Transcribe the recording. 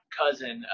cousin